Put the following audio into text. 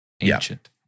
ancient